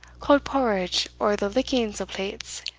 cauld porridge, or the lickings o' plates,